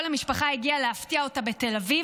כל המשפחה הגיעה להפתיע אותה בתל אביב,